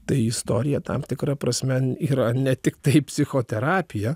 tai istorija tam tikra prasme yra ne tiktai psichoterapija